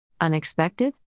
Unexpected